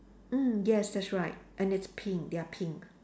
mm yes that's right and it's pink they are pink